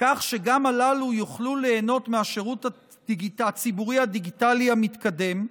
כך שגם הללו יוכלו ליהנות מהשירות הציבורי הדיגיטלי המתקדם,